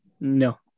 No